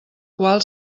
qual